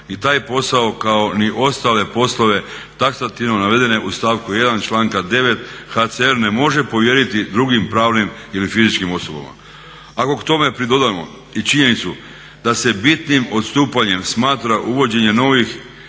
i taj posao kao ni ostale poslove taksativno navedene u stavku 1. članka 9. HCR ne može povjeriti drugim pravnim ili fizičkim osobama. Ako k tome pridodamo i činjenicu da se bitnim odstupanjem smatra uvođenje novih